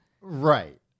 Right